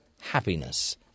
happiness